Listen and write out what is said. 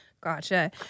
Gotcha